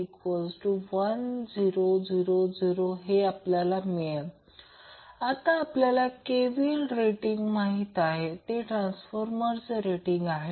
051000 आता आपल्याला KVA rating माहिती आहे ते ट्रांसफार्मरचे रेटिंग आहे